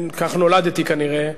כך נולדתי, כנראה,